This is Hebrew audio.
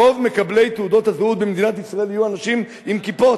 רוב מקבלי תעודות הזהות במדינת ישראל יהיו אנשים עם כיפות,